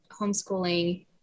homeschooling